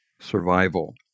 survival